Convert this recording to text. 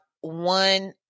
one